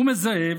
הוא מזהה,